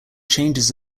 changes